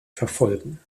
verfolgen